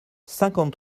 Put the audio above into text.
cinquante